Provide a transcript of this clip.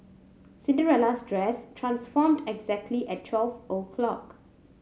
Cinderella's dress transformed exactly at twelve o' clock